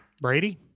Brady